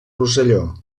rosselló